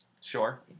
Sure